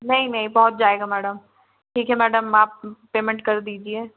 नहीं नहीं पहुँच जाएगा मैडम ठीक है मैडम आप पेमेंट कर दीजिए